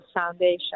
foundation